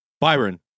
Byron